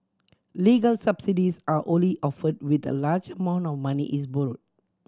legal subsidies are only offered when a large amount of money is borrowed